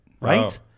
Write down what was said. right